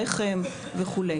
רחם וכו'.